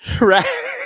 Right